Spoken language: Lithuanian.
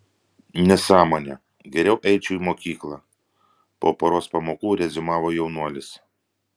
nesąmonė geriau eičiau į mokyklą po poros pamokų reziumavo jaunuolis